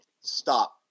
stop